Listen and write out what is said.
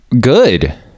good